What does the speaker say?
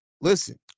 listen